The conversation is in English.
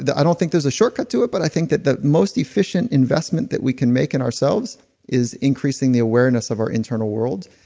i don't think there's a shortcut to it. but i think that the most efficient investment that we can make in ourselves is increasing the awareness of our internal world.